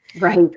right